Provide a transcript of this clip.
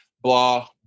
blah